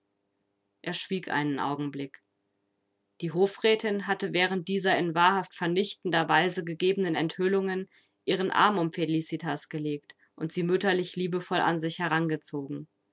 er schwieg einen augenblick die hofrätin hatte während dieser in wahrhaft vernichtender weise gegebenen enthüllungen ihren arm um felicitas gelegt und sie mütterlich liebevoll an sich herangezogen